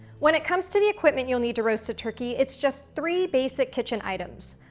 when it comes to the equipment you'll need to roast a turkey, it's just three basic kitchen items.